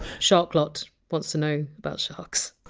shark-lotte wants to know about sharks.